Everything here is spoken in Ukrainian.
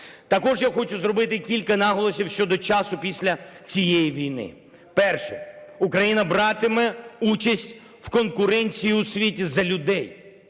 Також я хочу зробити кілька наголосів щодо часу після цієї війни. Перше. Україна братиме участь в конкуренції у світі за людей,